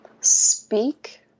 speak